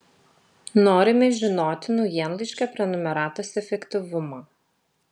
norime žinoti naujienlaiškio prenumeratos efektyvumą